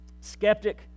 Skeptic